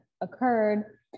occurred